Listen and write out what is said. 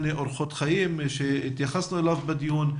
אורחות חיים שהתייחסנו אליו בדיון,